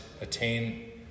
attain